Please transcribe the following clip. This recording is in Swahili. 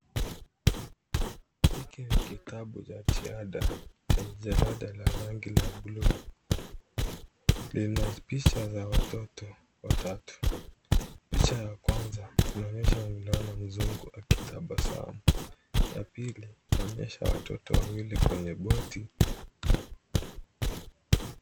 Hiki ni kitabu cha chada cha jalada la rangi ya bluu. Lina picha za watoto watatu, picha ya kwanza inaonesha mvulana mzungu akitabasamu, ya pili inaonyesha watoto wawili kwenye boti.